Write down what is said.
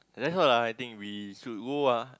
that's all lah I think we should go ah